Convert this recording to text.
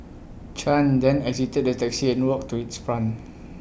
chan then exited the taxi and walked to its front